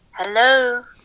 hello